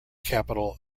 capital